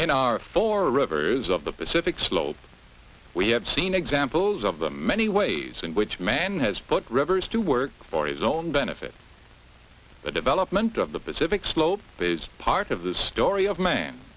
in our four rivers of the pacific slope we have seen examples of the many ways in which man has put rivers to work for his own benefit the development of the pacific slope is part of the story of man